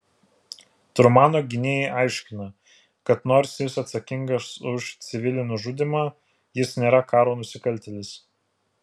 trumano gynėjai aiškina kad nors jis atsakingas už civilių nužudymą jis nėra karo nusikaltėlis